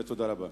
תודה רבה.